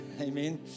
amen